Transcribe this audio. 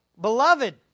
Beloved